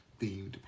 themed